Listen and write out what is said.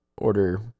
order